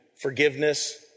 forgiveness